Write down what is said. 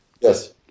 yes